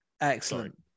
Excellent